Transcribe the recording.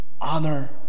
Honor